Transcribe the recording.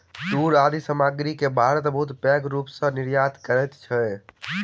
तूर आदि सामग्री के भारत बहुत पैघ रूप सॅ निर्यात करैत अछि